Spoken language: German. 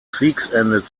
kriegsende